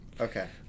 Okay